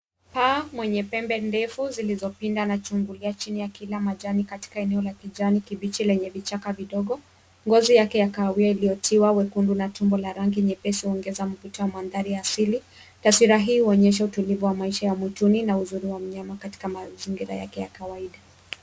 Paa mwenye pembe ndefu zilizopinda anachungulia chini akila majani katika eneo la kijani kibichi lenye vichaka vidogo. Ngozi yake ya kahawia iliyotiwa wekundu na tumbo la rangi nyepesi huongeza mvuto wa mandhari asali. Taswira hii huonyesgha utlivu wa maisha ya mwituni na uzuri wa mnayama katika mazingira yake ya kawaida.